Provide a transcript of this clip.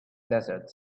desert